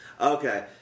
okay